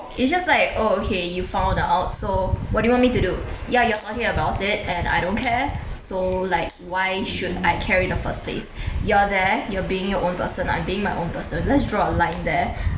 it's just like oh okay you found out so what do you want me to do ya you are talking about it and I don't care so like why should I care in the first place you're there you're being your own person I'm being my own person let's draw a line there